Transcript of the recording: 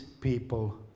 people